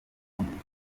umugisha